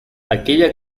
aquella